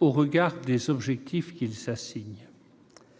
-au regard des objectifs qu'on lui assigne.